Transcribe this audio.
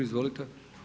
Izvolite.